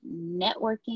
networking